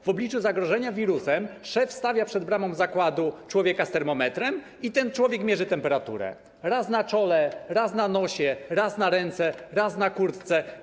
W obliczu zagrożenia wirusem szef stawia przed bramą zakładu człowieka z termometrem i ten człowiek mierzy temperaturę: raz na czole, raz na nosie, raz na ręce, raz na kurtce.